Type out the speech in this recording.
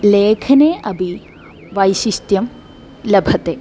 लेखने अपि वैशिष्ट्यं लभते